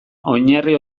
oinarri